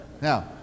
Now